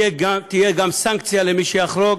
תהיה גם סנקציה למי שיחרוג,